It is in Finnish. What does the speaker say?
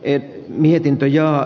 ey mietintö ja